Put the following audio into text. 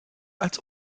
als